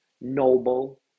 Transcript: noble